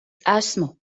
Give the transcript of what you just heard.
esmu